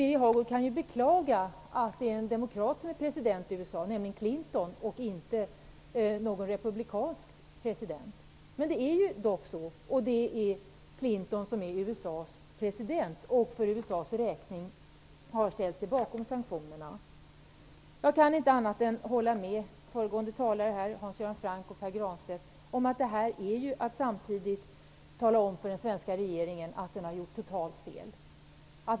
Birger Hagård kan ju beklaga att det är en demokrat som är president i USA, nämligen Clinton, och inte en republikan. Men det är dock så att Clinton är USA:s president. Han har för USA:s räkning ställt sig bakom sanktionerna. Jag kan inte annat än hålla med föregående talare, Hans Göran Franck och Pär Granstedt, om att detta samtidigt är att tala om för den svenska regeringen att den har gjort totalt fel.